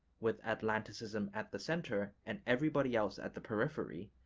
with atlanticism at the center and everybody else at the periphery,